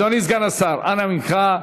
אדוני סגן השר, אנא ממך.